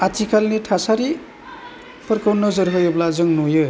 आथिखालनि थासारि फोरखौ नोजोर होयोब्ला जों नुयो